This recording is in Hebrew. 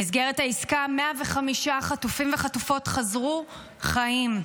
במסגרת העסקה 105 חטופות וחטופים חזרו חיים.